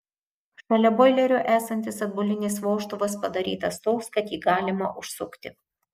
šalia boilerio esantis atbulinis vožtuvas padarytas toks kad jį galima užsukti